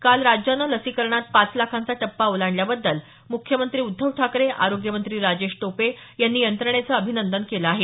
काल राज्याने लसीकरणात पाच लाखांचा टप्पा ओलांडल्याबद्दल मुख्यमंत्री उद्धव ठाकरे आरोग्यमंत्री राजेश टोपे यांनी यंत्रणेचं अभिनंदन केलं आहे